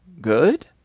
good